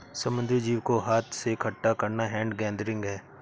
समुद्री जीव को हाथ से इकठ्ठा करना हैंड गैदरिंग है